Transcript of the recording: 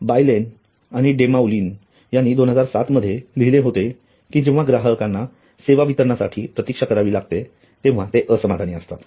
Bielen आणि Demoulin यांनी २००७ मध्ये लिहले होते कि जेंव्हा ग्राहकांना सेवा वितरणासाठी प्रतीक्षा करावी लागते तेव्हा ते असमाधानी असतात